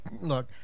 look